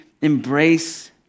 embrace